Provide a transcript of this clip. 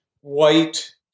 white